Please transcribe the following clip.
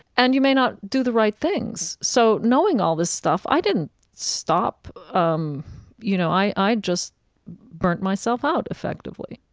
and you may not do the right things. so, knowing all this stuff, i didn't stop. um you know, i i just burnt myself out, effectively